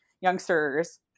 youngsters